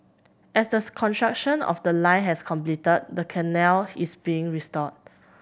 as the construction of the line has completed the canal is being restored